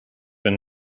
been